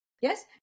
Yes